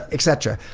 etc.